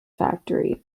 factory